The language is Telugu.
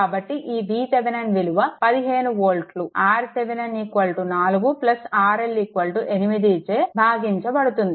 కాబట్టి ఈ VThevenin విలువ 15 వోల్ట్లు RThevenin 4 RL 8 చే భాగించబడుతుంది